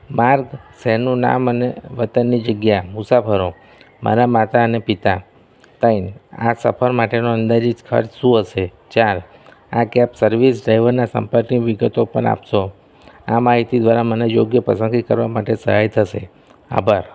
માર્ગ શહેરનું નામ અને વતનની જગ્યા મુસાફરો મારા માતા અને પિતા ત્રણ આ સફર માટેનો અંદાજિત ખર્ચ શું હશે ચાર આ કેબ સર્વિસ ડ્રાઇવરના સંપર્કની વિગતો પણ આપશો આ માહિતી દ્વારા મને યોગ્ય પસંદગી કરવા માટે સહાય થશે આભાર